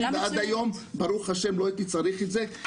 ועד היום ברוך השם לא הייתי צריך את זה,